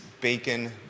bacon